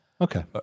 Okay